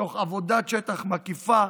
תוך עבודת שטח מקיפה,